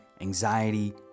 anxiety